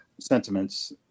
sentiments